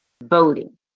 voting